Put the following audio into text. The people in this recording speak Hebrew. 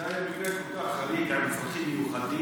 זה היה מקרה כל כך חריג, עם צרכים מיוחדים.